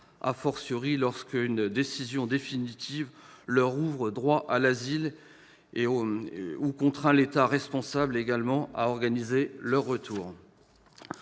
ces États, lorsqu'une décision définitive leur ouvre droit à l'asile, ou contraint l'État responsable à organiser leur retour.